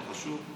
לא חשוב,